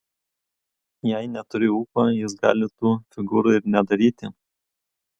jei neturi ūpo jis gali tų figūrų ir nedaryti